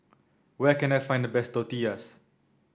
where can I find the best Tortillas